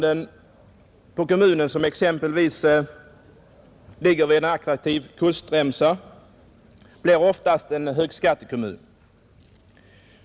En kommun som exempelvis ligger vid en attraktiv kustremsa är oftast en högskattekommun.